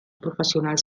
professionals